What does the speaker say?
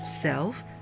self